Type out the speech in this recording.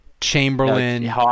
Chamberlain